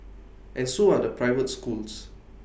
and so are the private schools